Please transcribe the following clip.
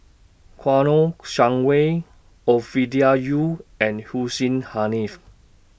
Kouo Shang Wei Ovidia Yu and Hussein Haniff